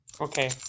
Okay